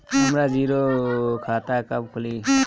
हमरा जीरो खाता कब खुली?